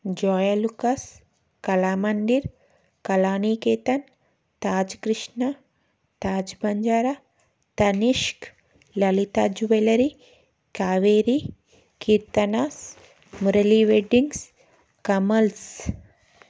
Joyalukkas Kalamandir Kalanikethan Taj Krishna Taj Banjara Tanishq Lalitha jewellery Kaveri Keerthanas Murali weddings Kamals